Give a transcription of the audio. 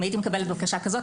ואם הייתי מקבלת בקשה כזאת,